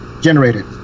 generated